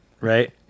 right